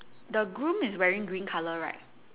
the groom is wearing green colour right